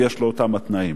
ויש לו אותם התנאים.